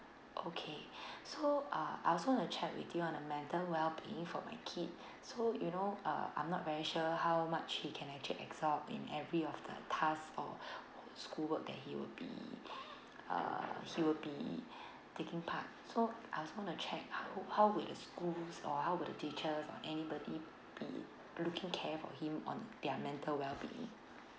okay so uh I also wanna check with you on the mental wellbeing for my kid so you know uh I'm not very sure how much he can actually absorb in every of the task or or school work that he would be uh he will be taking part so I just wanna check check h~ how would the school or how would the teachers or anybody be looking care for him on their mental wellbeing